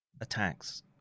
attacks